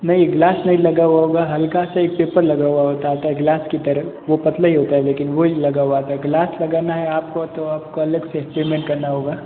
नहीं ग्लास नहीं लगा हुआ होगा हल्का सा एक पेपर लगा हुआ होता है आता है ग्लास की तरह वो पतला ही होता है लेकिन वो ही लगा हुआ आता है ग्लास लगाना है आपको तो आपको अलग से पेमेंट करना होगा